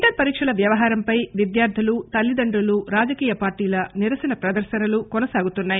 inter పరీక్షల వ్యవహారంపై విద్యార్దులు తల్లిదండ్రులు రాజకీయ నిరసన ప్రదర్శనలు కొనసాగుతున్నాయి